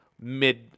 mid